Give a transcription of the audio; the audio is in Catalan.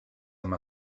amb